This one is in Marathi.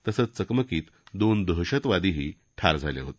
तसंच चकमकीत दोन दहशतवादीही ठार झाले होते